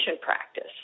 practice